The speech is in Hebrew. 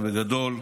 בגדול,